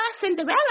Cinderella